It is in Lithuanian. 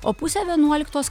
o pusę vienuoliktos